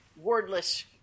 wordless